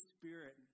Spirit